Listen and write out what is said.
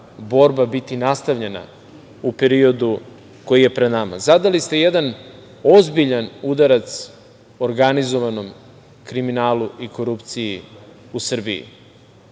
biti nastavljena u periodu koji je pred nama. Zadali ste jedan ozbiljan udarac organizovanom kriminalu i korupciji u Srbiji.